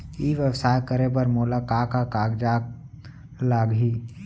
ई व्यवसाय करे बर मोला का का कागजात लागही?